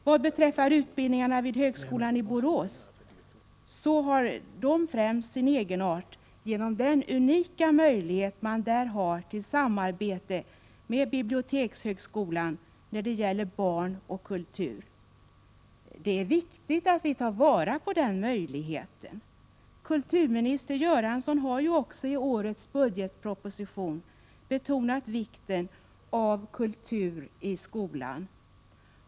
Vad beträffar utbildningarna vid högskolan i Borås, så har de främst sin egenart genom den unika möjlighet man där har till samarbete med bibliotekshögskolan när det gäller barn och kultur. Det är viktigt att vi tar vara på den möjligheten. Kulturminister Göransson har ju också i årets budgetproposition betonat vikten av kultur i skolan.